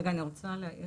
אני רוצה להעיר.